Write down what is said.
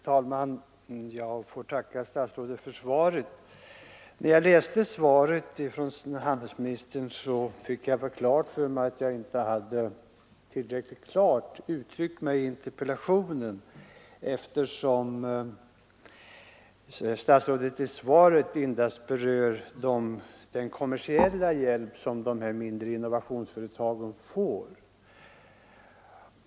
Fru talman! Jag får tacka statsrådet för svaret. När jag läste det fick jag klart för mig att jag inte hade uttryckt mig tillräckligt tydligt i interpellationen eftersom statsrådet i sitt svar endast att exploatera uppfinningar utomlands har berört den kommersiella hjälp som de mindre innovationsföretagen får.